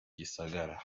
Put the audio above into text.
gisagara